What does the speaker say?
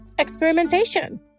experimentation